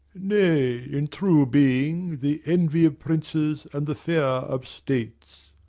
nay, in true being, the envy of princes and the fear of states.